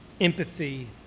Empathy